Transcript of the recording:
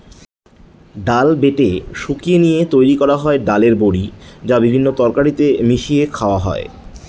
ডাল বেটে শুকিয়ে নিয়ে তৈরি করা হয় ডালের বড়ি, যা বিভিন্ন তরকারিতে মিশিয়ে খাওয়া হয়